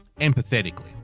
empathetically